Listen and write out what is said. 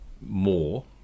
more